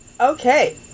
Okay